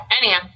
Anyhow